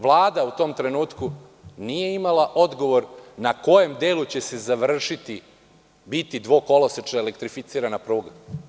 Vlada u tom trenutku nije imala odgovor na kojem delu će se završiti, biti dvokolosečna elektrificirana pruga.